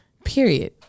Period